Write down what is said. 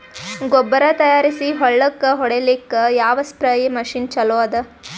ಗೊಬ್ಬರ ತಯಾರಿಸಿ ಹೊಳ್ಳಕ ಹೊಡೇಲ್ಲಿಕ ಯಾವ ಸ್ಪ್ರಯ್ ಮಷಿನ್ ಚಲೋ ಅದ?